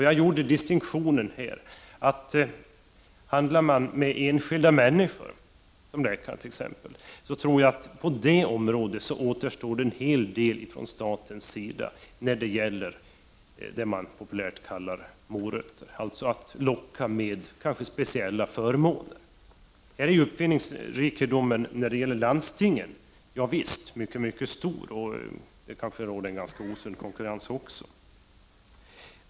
Jag gjorde här distinktionen att i fråga om enskilda människor, t.ex. läkare, tror jag att det återstår en hel del att göra från samhällets sida när det gäller vad man populärt kallar morötter — alltså att locka med speciella förmåner. Härvidlag är uppfinningsrikedomen hos landstingen mycket stor, och det kanske också råder en ganska osund konkurrens.